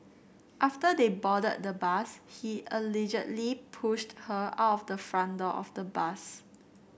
after they boarded the bus he allegedly pushed her out of the front door of the bus